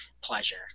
pleasure